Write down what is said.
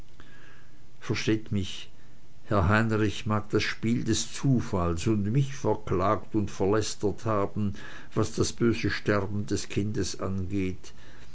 versteht mich herr heinrich mag das spiel des zufalls und mich verklagt und verlästert haben was das böse sterben des kindes angeht